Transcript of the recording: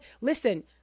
listen